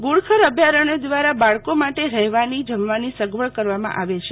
ધુડખર અભ્યારણ દ્રારા બાળકો માટે રહેવાની જમવાની સગવડ કરવામાં આવે છે